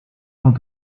van